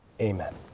Amen